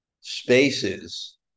spaces